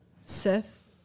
Seth